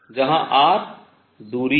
जहां r दूरी है